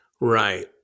Right